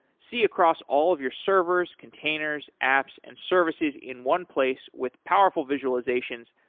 see across all of your servers, containers, apps and services in one place with powerful visualizations,